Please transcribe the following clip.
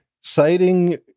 citing